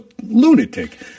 lunatic